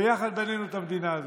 בנינו את המדינה הזאת.